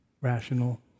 rational